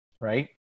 Right